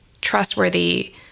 trustworthy